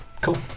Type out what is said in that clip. Cool